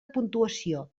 puntuació